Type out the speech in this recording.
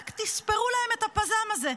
רק תספרו להם את הפז"ם הזה.